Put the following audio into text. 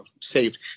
saved